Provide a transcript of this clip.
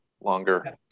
longer